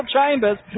Chambers